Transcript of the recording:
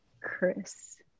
Chris